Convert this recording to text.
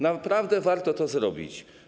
Naprawdę warto to zrobić.